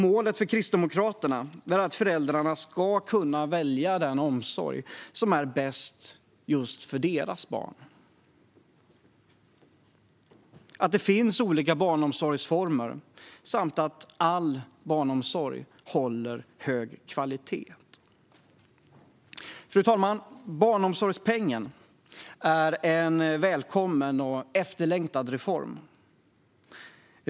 Målet för Kristdemokraterna är att föräldrarna ska kunna välja den omsorg som är bäst för just deras barn, att det finns olika barnomsorgsformer samt att all barnomsorg håller hög kvalitet. Fru talman! Barnomsorgspengen är en välkommen och efterlängtad reform.